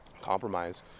compromise